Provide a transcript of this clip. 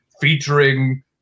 featuring